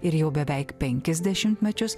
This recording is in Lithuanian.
ir jau beveik penkis dešimtmečius